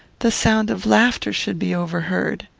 the sound of laughter should be overheard.